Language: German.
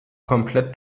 komplett